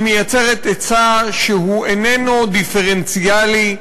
היא מייצרת היצע שהוא איננו דיפרנציאלי,